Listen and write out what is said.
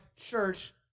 church